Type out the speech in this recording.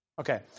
okay